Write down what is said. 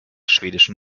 schwedischen